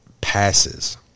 passes